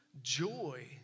Joy